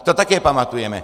To také pamatujeme.